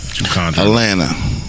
Atlanta